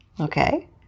okay